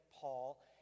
Paul